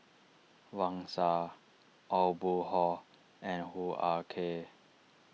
Wang Sha Aw Boon Haw and Hoo Ah Kay